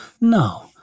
No